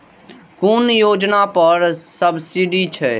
कुन योजना पर सब्सिडी छै?